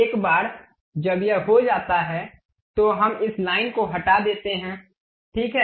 एक बार जब यह हो जाता है तो हम इस लाइन को हटा देते हैं ठीक है